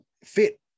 fit